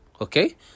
okay